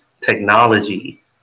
technology